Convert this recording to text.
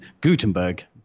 Gutenberg